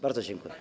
Bardzo dziękuję.